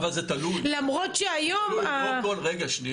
למרות שהיום --- אבל זה תלוי.